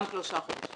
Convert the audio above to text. יש לבנק שלושה חודשים